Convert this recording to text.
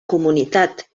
comunitat